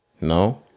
No